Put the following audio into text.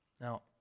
Now